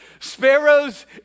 Sparrows